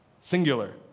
Singular